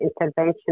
intervention